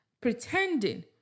pretending